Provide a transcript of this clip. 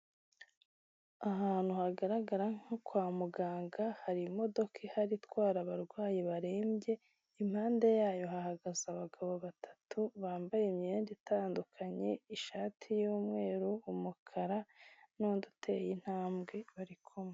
Ahantu hagaragara nko kwa muganga hari imodoka ihari itwara abarwayi barembye, impande yayo hahagaze abagabo batatu bambaye imyenda itandukanye, ishati y'umweru, umukara n'undi uteye intambwe bari kumwe.